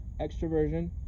Extroversion